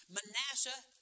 Manasseh